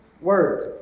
word